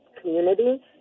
community